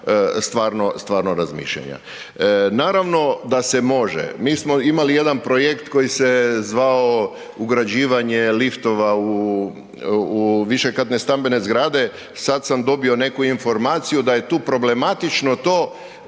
stvarno razmišljanja. Naravno da se može, mi smo imali jedan projekt koji se zvao ugrađivanje liftova u višekatne stambene zgrade, sad sam dobio neku informaciju da je tu problematično